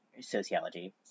sociology